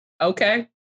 Okay